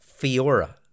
Fiora